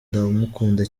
ndamukunda